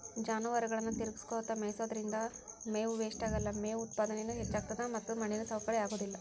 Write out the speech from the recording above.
ಜಾನುವಾರುಗಳನ್ನ ತಿರಗಸ್ಕೊತ ಮೇಯಿಸೋದ್ರಿಂದ ಮೇವು ವೇಷ್ಟಾಗಲ್ಲ, ಮೇವು ಉತ್ಪಾದನೇನು ಹೆಚ್ಚಾಗ್ತತದ ಮತ್ತ ಮಣ್ಣಿನ ಸವಕಳಿ ಆಗೋದಿಲ್ಲ